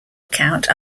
account